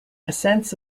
ascents